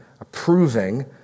approving